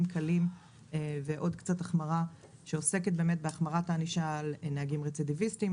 קלים ועוד קצת החמרה שעוסקת בהחמרת הענישה על נהגים רצידיביסטים,